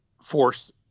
force